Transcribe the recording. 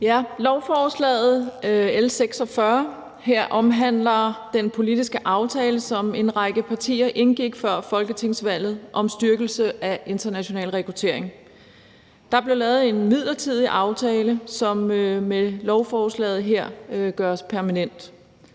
Lovforslag L 46 omhandler den politiske aftale, som en række partier indgik før folketingsvalget om styrkelse af international rekruttering. Der blev lavet en midlertidig aftale, som med lovforslaget her gøres permanent.